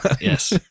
Yes